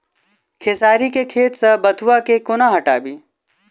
खेसारी केँ खेत सऽ बथुआ केँ कोना हटाबी